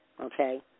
Okay